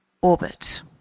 orbit